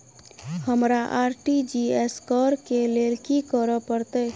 हमरा आर.टी.जी.एस करऽ केँ लेल की करऽ पड़तै?